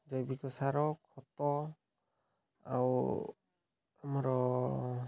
ଜୈବିକ ସାର ଖତ ଆଉ ଆମର